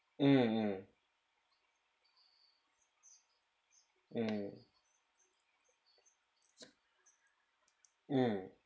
mm mm mm mm